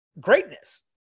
greatness